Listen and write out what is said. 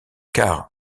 car